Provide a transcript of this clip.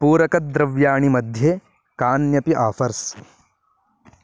पूरकद्रव्याणि मध्ये कान्यपि आफ़र्स्